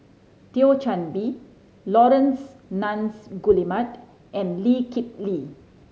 Thio Chan Bee Laurence Nunns Guillemard and Lee Kip Lee